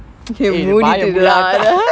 eh வாய மூடுடா:vaaya mududaa